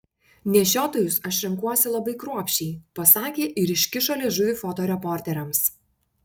nešiotojus aš renkuosi labai kruopščiai pasakė ir iškišo liežuvį fotoreporteriams